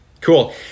Cool